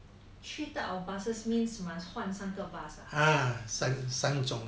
three type of buses means must 换三个 bus ah